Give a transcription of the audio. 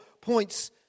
points